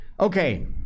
Okay